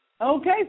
Okay